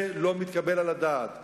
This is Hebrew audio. זה לא מתקבל על הדעת,